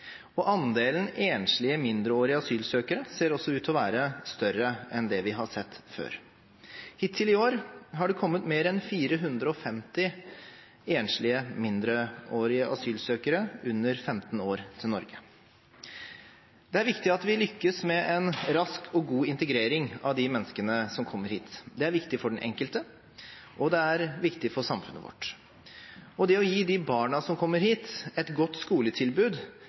Andelen enslige mindreårige asylsøkere ser også ut til å være større enn det vi har sett før. Hittil i år har det kommet mer enn 450 enslige mindreårige asylsøkere under 15 år til Norge. Det er viktig at vi lykkes med en rask og god integrering av de menneskene som kommer hit. Det er viktig for den enkelte, og det er viktig for samfunnet vårt. Det å gi de barna som kommer hit et godt skoletilbud,